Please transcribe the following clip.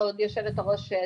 כבוד יושבת הראש,